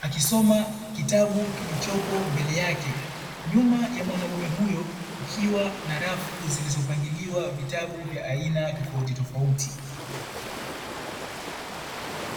akisoma kitabu kilichopo mbele yake nyuma ya mwanamume huyo kukiwa na rafu zilizopangiliwa vitabu vya aina tofauti tofauti.